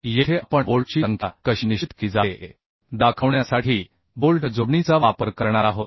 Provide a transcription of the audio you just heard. येथे आपण बोल्टची संख्या कशी निश्चित केली जाते हे दाखवण्यासाठी बोल्ट जोडणीचा वापर करणार आहोत